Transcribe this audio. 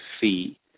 fee